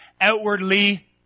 outwardly